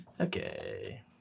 Okay